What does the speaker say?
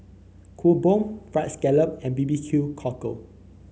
Kuih Bom fried scallop and B B Q Cockle